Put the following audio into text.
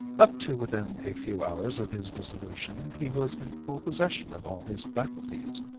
up to within a few hours of his dissolution he was in full possession of all his faculties,